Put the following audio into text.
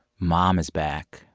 mom is back,